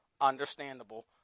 understandable